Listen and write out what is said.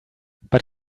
but